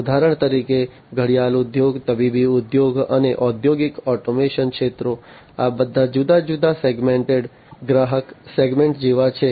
ઉદાહરણ તરીકે ઘડિયાળ ઉદ્યોગ તબીબી ઉદ્યોગ અને ઔદ્યોગિક ઓટોમેશન ક્ષેત્રો આ બધા જુદા જુદા સેગ્મેન્ટેડ ગ્રાહક સેગમેન્ટ જેવા છે